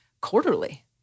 quarterly